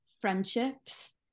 friendships